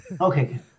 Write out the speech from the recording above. okay